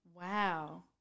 Wow